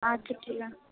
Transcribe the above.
আচ্ছা ঠিক আছে